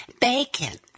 bacon